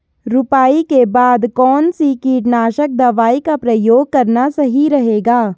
रुपाई के बाद कौन सी कीटनाशक दवाई का प्रयोग करना सही रहेगा?